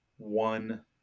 one